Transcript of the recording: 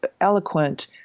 eloquent